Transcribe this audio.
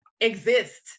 exist